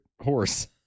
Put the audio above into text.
horse